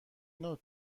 نوع